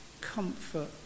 comfort